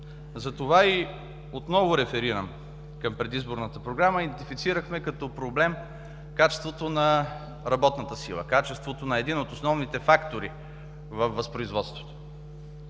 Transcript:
Затова и отново реферирам към Предизборната програма: идентифицирахме като проблем качеството на работната сила, качеството на един от основните фактори във възпроизводството.